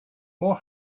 more